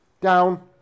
Down